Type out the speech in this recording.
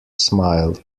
smile